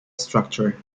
structure